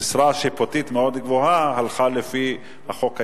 למשרה שיפוטית מאוד גבוהה הלכה לפי החוק הישן.